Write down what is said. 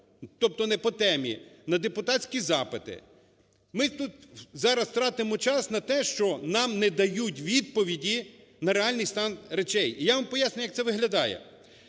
тобто не по темі на депутатські запити. Ми тут зараз тратимо час на те, що нам не дають відповіді на реальний стан речей. І я вам поясню, як це виглядає.